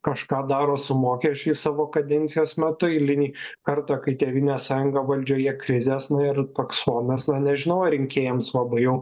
kažką daro su mokesčiais savo kadencijos metu eilinį kartą kai tėvynės sąjunga valdžioje krizės nu ir toks fonas na nežinau ar rinkėjams labai jau